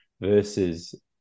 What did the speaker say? versus